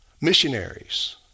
Missionaries